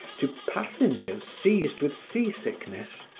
to passengers seized with sea-sickness.